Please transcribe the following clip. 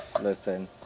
Listen